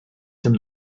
dem